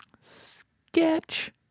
Sketch